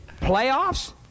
Playoffs